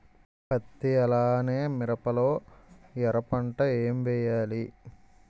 పత్తి అలానే మిరప లో ఎర పంట ఏం వేయాలి?